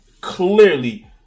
clearly